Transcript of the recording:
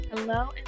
Hello